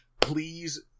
Please